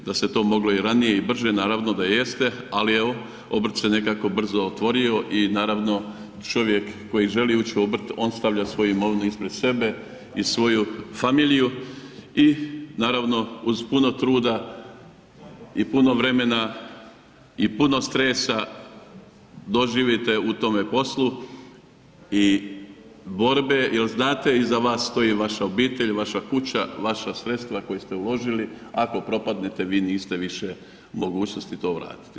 Da se to moglo ranije i brže, naravno da jeste, ali evo obrt se nekako brzo otvorio i čovjek koji želi ući u obrt on stavlja svoju imovinu ispred sebe i svoju familiju i naravno uz puno truda i puno vremena i puno stresa doživite u tome poslu i borbe jel znate iza vas stoji vaša obitelj, vaša kuća, vaša sredstva koja ste uložili ako propadnete vi niste više u mogućnosti to vratiti.